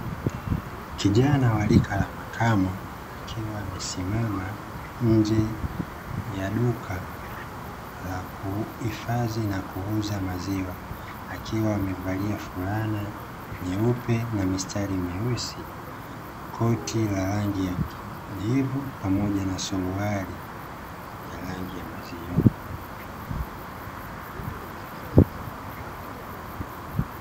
Kijana wa rika la makamo, akiwa amesimama nje ya duka la kuhifadhi na kuuza maziwa, akiwa amevalia fulana nyeupe na mistari meusi, koti la rangi ya kijivu pamoja na suruali ya rangi ya maziwa.